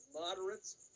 moderates